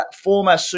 former